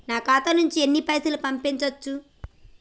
నా ఖాతా నుంచి ఎన్ని పైసలు పంపించచ్చు?